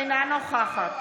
אינה נוכחת